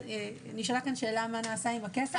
נשאלה פה שאלה, מה נעשה עם הכסף.